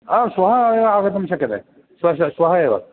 आं श्वः एव आगन्तुं शक्यते श्वः चेत् श्वः एव